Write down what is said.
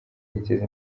giteza